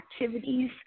activities